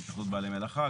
נציגות בעלי מלאכה.